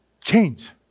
change